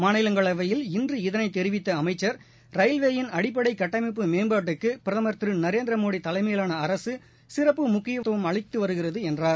மாநிலங்களவையில் இன்று இதனைத் தெரிவித்த அமைச்சர் ரயில்வேயின் அடிப்படை கட்டமைப்பு மேம்பாட்டுக்கு பிரதம் திரு நரேந்திரமோடி தலைமையிலான அரசு சிறப்பு முக்கியத்துவம் அளித்து வருகிறது என்றார்